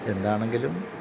എന്താണെങ്കിലും